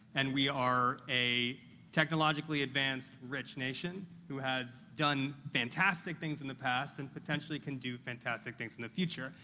and we are a technologically advanced, rich nation who has done fantastic things in the past and potentially can do fantastic things in the future.